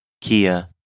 Kia